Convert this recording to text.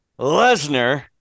Lesnar